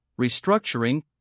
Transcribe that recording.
restructuring